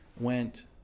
went